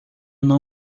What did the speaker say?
não